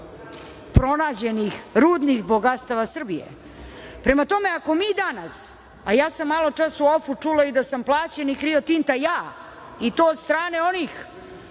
pronađenih rudnih bogatstava Srbije. Prema tome, ako mi danas, a ja sam maločas u ofu čula i da sam plaćenik „Rio Tinta“ ja, i to od strane onih